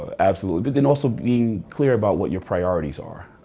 absolutely. but, then also being clear about what your priorities are.